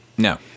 No